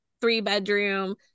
three-bedroom